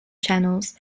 channels